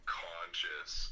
conscious